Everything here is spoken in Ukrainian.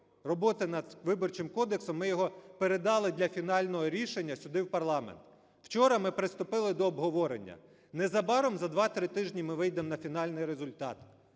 роботи над Виборчим кодексом ми його передали для фінального рішення сюди, в парламент. Вчора ми приступили до обговорення. Незабаром, за 2-3 тижні, ми вийдемо на фінальний результат.